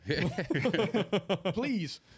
please